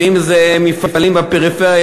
ואם זה מפעלים בפריפריה,